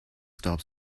stop